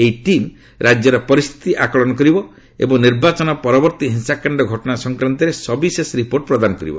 ଏହି ଟିମ୍ ରାଜ୍ୟର ପରିସ୍ଥିତି ଆକଳନ କରିବ ଏବଂ ନିର୍ବାଚନ ପରବର୍ତ୍ତୀ ହିଂସାକାଣ୍ଡ ଘଟଣା ସଂକ୍ରାନ୍ତରେ ସବିଶେଷ ରିପୋର୍ଟ ପ୍ରଦାନ କରିବ